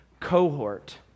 Cohort